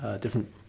different